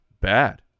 bad